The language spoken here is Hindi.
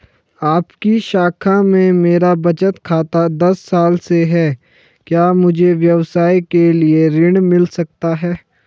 आपकी शाखा में मेरा बचत खाता दस साल से है क्या मुझे व्यवसाय के लिए ऋण मिल सकता है?